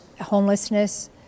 homelessness